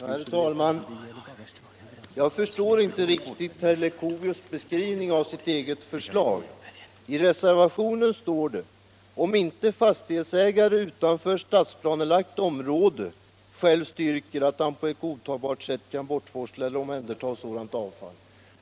Herr talman! Jag förstår inte riktigt herr Leuchovius beskrivning av silt eget förslag. I reservationen står det: ” om inte fastighetsägare utanför stadsplanelagt område själv styrker, att han på ett godtagbart sätt kan bortforsla eller omhänderta sådant avfall”.